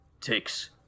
takes